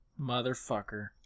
Motherfucker